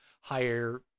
higher